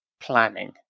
planning